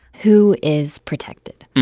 who is protected?